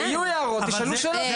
יהיו הערות, תשאלו שאלות.